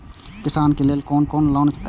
किसान के लेल कोन कोन लोन हे छे?